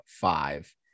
five